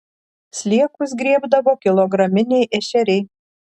sliekus griebdavo kilograminiai ešeriai